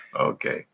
Okay